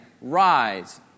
rise